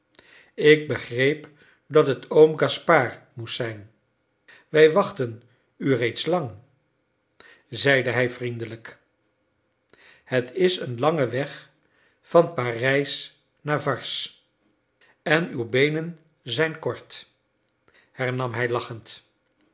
ik begreep dat het oom gaspard moest zijn wij wachtten u reeds lang zeide hij vriendelijk het is een lange weg van parijs naar varses en uw beenen zijn kort hernam hij lachend